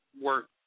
work